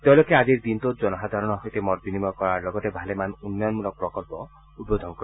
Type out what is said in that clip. তেওঁলোকে আজিৰ দিনটোত জনসাধাৰণ সৈতে মত বিনিময় কৰাৰ লগতে ভালেমান উন্নয়নমূলক প্ৰকল্প উদ্বোধন কৰিব